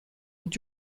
und